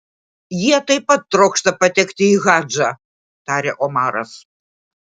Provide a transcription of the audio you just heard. jie taip pat trokšta patekti į hadžą tarė omaras